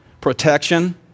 protection